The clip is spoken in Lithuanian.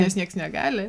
nes nieks negali